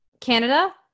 Canada